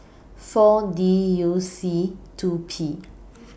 four D U C two P